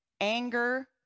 anger